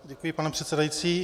Děkuji, pane předsedající.